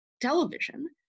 television